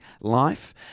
life